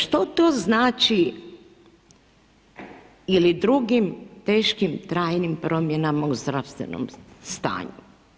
Što to znači ili drugim teškim trajnim promjenama u zdravstvenom stanju?